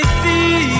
see